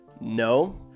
No